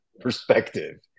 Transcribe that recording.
perspective